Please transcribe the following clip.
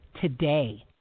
today